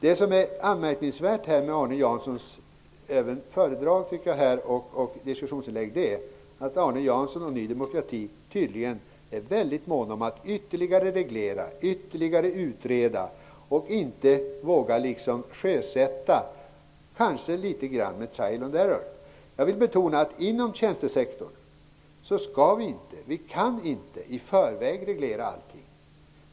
Det anmärkningsvärda både med Arne Janssons anförande och med hans diskussionsinlägg är att de visar att han och Ny demokrati tydligen är väldigt måna om att reglera och utreda ytterligare. Man vågar inte sjösätta förslaget med en aning ''trial and error''. Jag vill betona att vi varken kan eller skall reglera allting i förväg inom tjänstesektorn.